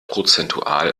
prozentual